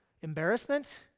embarrassment